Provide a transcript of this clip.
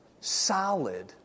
solid